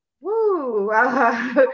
Woo